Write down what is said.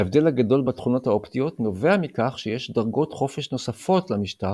ההבדל הגדול בתכונות האופטיות נובע מכך שיש דרגות חופש נוספות למשטח,